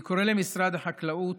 אני קורא למשרד החקלאות